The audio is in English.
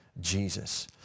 Jesus